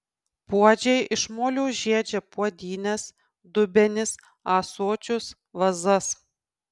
puodžiai iš molio žiedžia puodynes dubenis ąsočius vazas